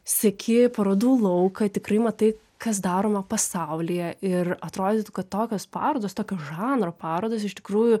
seki parodų lauką tikrai matai kas daroma pasaulyje ir atrodytų kad tokios parodos tokio žanro parodos iš tikrųjų